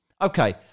okay